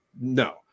No